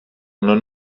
non